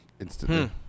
instantly